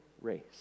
race